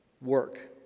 work